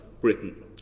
Britain